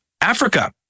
Africa